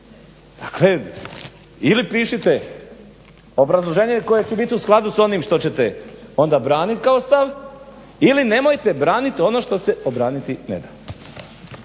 Dakle ili pišite obrazloženje koje će biti u skladu s onim što ćete onda braniti kao stav, ili nemojte braniti ono što se obraniti ne da.